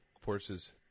forces